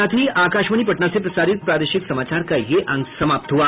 इसके साथ ही आकाशवाणी पटना से प्रसारित प्रादेशिक समाचार का ये अंक समाप्त हुआ